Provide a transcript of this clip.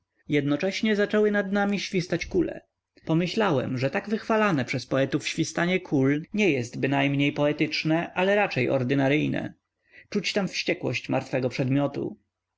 jednocześnie zaczęły nad nami świstać kule pomyślałem że tak wychwalane przez poetów świstanie kul nie jest bynajmniej poetyczne ale raczej ordynaryjne czuć tam wściekłość martwego przedmiotu